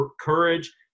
courage